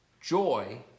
Joy